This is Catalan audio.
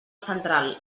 central